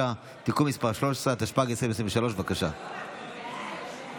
התשפ"ג 2023, של חבר הכנסת